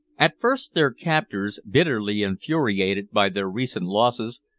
at first their captors, bitterly infuriated by their recent losses,